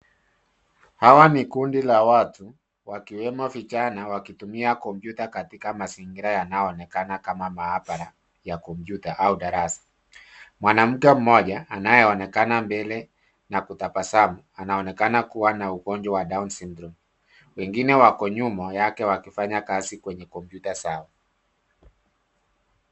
Hawa ni kundi la watu, wakiwemo vijana wakitumia kompyuta katika mazingira yanayoonekana kama maabara ya kompyuta au darasa. Mwanamke mmoja anayeonekana mbele na kutabasamu, anaonekana kuwa na ugonjwa wa down syndrome . Wengine wako nyuma yake wakifanya kazi kwenye kompyuta zao.